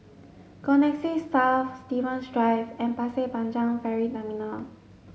Connexis South Stevens Drive and Pasir Panjang Ferry Terminal